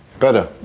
better,